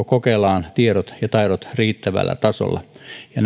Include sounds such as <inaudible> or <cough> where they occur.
<unintelligible> kokelaan tiedot ja taidot riittävällä tasolla ja <unintelligible>